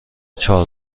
چهار